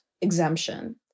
exemption